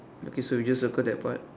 okay so we just circle that part